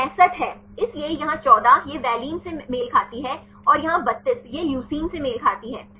इसलिए यहां 14 यह वैलिन से मेल खाती है और यहां 32 यह ल्यूसीन से मेल खाती है